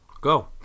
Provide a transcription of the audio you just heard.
Go